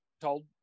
told